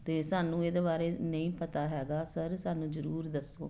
ਅਤੇ ਸਾਨੂੰ ਇਹਦੇ ਬਾਰੇ ਨਹੀਂ ਪਤਾ ਹੈਗਾ ਸਰ ਸਾਨੂੰ ਜ਼ਰੂਰ ਦੱਸੋ